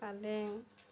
পালেং